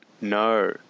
No